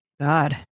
God